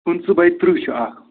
پٕنٛژٕہ باے ترٕٛہ چھِ اَکھ